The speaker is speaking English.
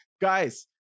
Guys